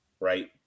right